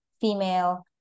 female